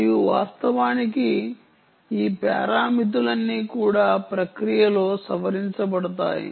మరియు వాస్తవానికి ఈ పారామితులన్నీ కూడా ఆ ప్రక్రియలో సవరించబడతాయి